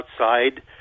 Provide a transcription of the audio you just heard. outside